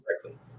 correctly